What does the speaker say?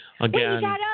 again